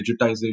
digitization